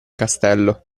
castello